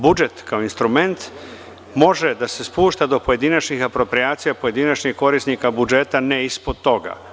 Budžet kao instrument može da se spušta do pojedinačnih aproprijacija pojedinačnih korisnika budžeta, ne ispod toga.